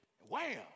Wham